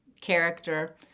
character